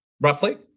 Roughly